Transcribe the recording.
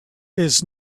his